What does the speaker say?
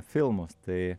filmus tai